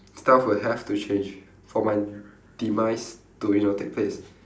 stuff would have to change for my demise to you know take place